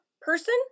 person